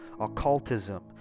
occultism